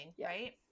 right